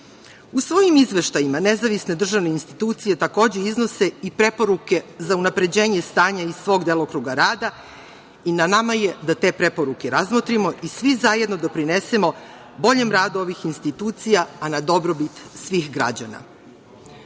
svojim izveštajima nezavisne državne institucije takođe iznose i preporuke za unapređenje stanja iz svog delokruga rada i na nama je da preporuke razmotrimo i svi zajedno doprinesemo boljem radu ovih institucija, a na dobrobit svih građana. Godina